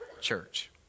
church